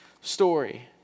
story